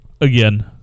Again